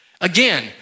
Again